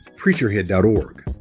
preacherhead.org